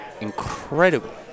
incredible